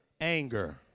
Anger